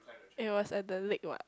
it was at the lake what